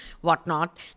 whatnot